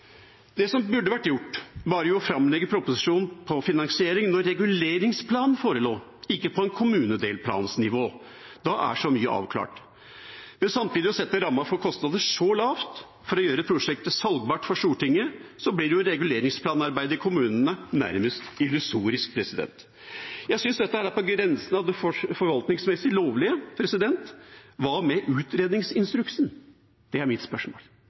Det som burde vært gjort, var å framlegge proposisjonen på finansiering når reguleringsplanen forelå, ikke på et kommunedelplannivå. Da er så mye avklart. Ved samtidig å sette rammen for kostnader så lavt for å gjøre prosjektet salgbart for Stortinget blir jo reguleringsplanarbeidet i kommunene nærmest illusorisk. Jeg synes dette er på grensen av det forvaltningsmessig lovlige. Hva med utredningsinstruksen? Det er mitt spørsmål.